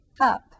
up